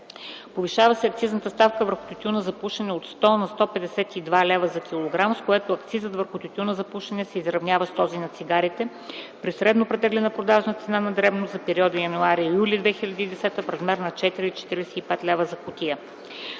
повишаване на акцизната ставка върху тютюна за пушене от 100 на 152 лв. за килограм. С тази промяна акцизът върху тютюна за пушене се изравнява с този за цигарите при средно претеглена продажна цена на дребно за периода януари - юли 2010 г. в размер 4,45 лв. за кутия.